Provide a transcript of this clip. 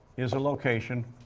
is a location